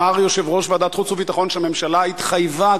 אמר יושב-ראש ועדת החוץ והביטחון שהממשלה התחייבה,